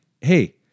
hey